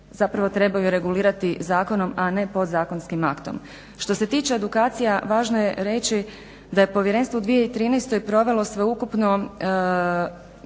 zapravo trebaju regulirati zakonom a ne podzakonskim aktom. Što se tiče edukacija važno je reći da je povjerenstvo u 2013. provelo sveukupno